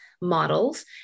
models